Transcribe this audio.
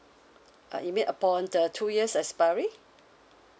uh you mean upon the two years expiry